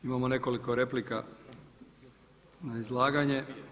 Imamo nekoliko replika na izlaganje.